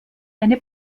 eine